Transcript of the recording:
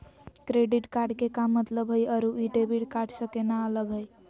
Credit card के का मतलब हई अरू ई डेबिट कार्ड स केना अलग हई?